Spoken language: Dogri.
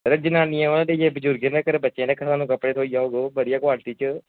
सर जनानियें बच्चें कोला लेइयै बजुरगें धोड़ी कपड़े थ्होई जाङन तुसेंगी बढ़िया क्वालिटी च